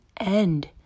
end